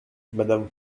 madame